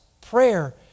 Prayer